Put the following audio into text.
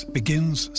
begins